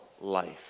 life